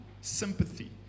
sympathy